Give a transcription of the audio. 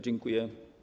Dziękuję.